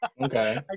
Okay